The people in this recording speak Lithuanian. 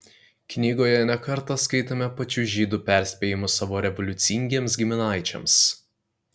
knygoje ne kartą skaitome pačių žydų perspėjimus savo revoliucingiems giminaičiams